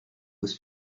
was